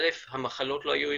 א', המחלות לא היו ידועות.